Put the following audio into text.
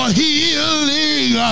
healing